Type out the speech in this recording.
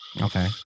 Okay